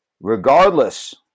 regardless